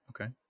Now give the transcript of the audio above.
okay